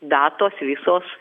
datos visos